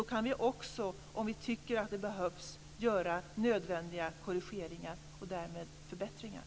Då kan vi också, om vi tycker att det behövs, göra nödvändiga korrigeringar och därmed förbättringar.